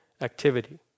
activity